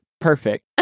perfect